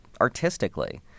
artistically